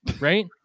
Right